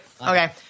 Okay